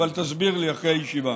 אבל תסביר לי אחרי הישיבה.